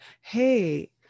hey